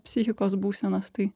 psichikos būsenos tai